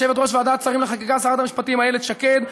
יושבת-ראש ועדת שרים לחקיקה שרת המשפטים איילת שקד,